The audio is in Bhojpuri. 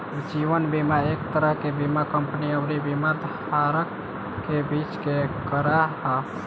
जीवन बीमा एक तरह के बीमा कंपनी अउरी बीमा धारक के बीच के करार ह